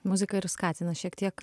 muzika ir skatina šiek tiek